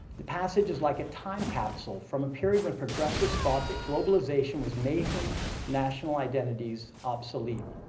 the passage is like a time capsule from a period when progressives thought that globalization was making national identities obsolete.